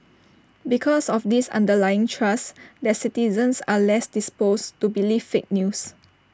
because of this underlying trust their citizens are less disposed to believe fake news